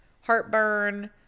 heartburn